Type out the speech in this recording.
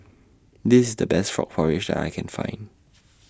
This The Best Frog Porridge I Can Find